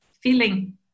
feeling